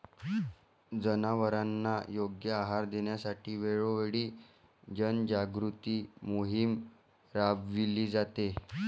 जनावरांना योग्य आहार देण्यासाठी वेळोवेळी जनजागृती मोहीम राबविली जाते